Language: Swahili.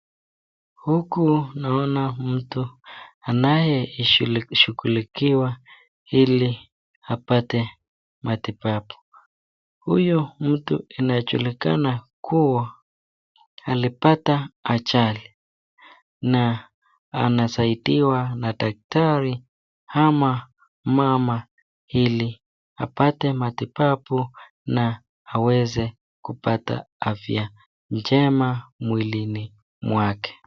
Huku naona mtu anayeshughulikiwa ili apate matibabu. Huyu mtu inajulikana kuwa alipata ajali na anasaidiwa na daktari ama mama ili apate matibabu na aweze kupata afya njema mwilini mwake.